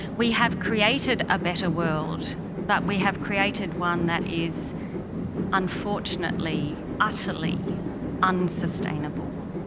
we have created a better world but we have created one that is unfortunately utterly unsustainable.